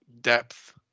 depth